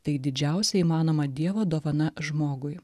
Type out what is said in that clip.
tai didžiausia įmanoma dievo dovana žmogui